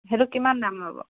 সেইটো কিমান দাম ল'ব